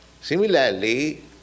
Similarly